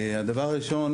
הדבר הראשון,